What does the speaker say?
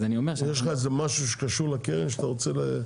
יש לך איזה משהו שקשור לקרן שאתה רוצה להגיד?